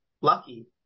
lucky